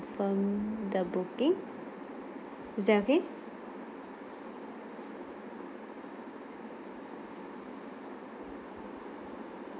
~firm the booking is that okay